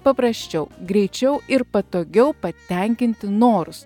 paprasčiau greičiau ir patogiau patenkinti norus